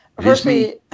firstly